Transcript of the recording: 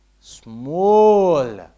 Small